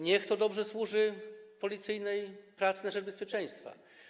Niech to dobrze służy policyjnej pracy na rzecz bezpieczeństwa.